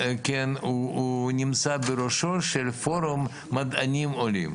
ואני עומד בראשו של פורום מדענים עולים.